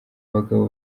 abagabo